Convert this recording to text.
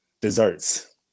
desserts